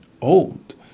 old